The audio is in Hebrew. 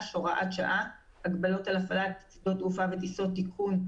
(הוראת שעה) (הגבלות על הפעלת שדות תעופה וטיסות) (תיקון),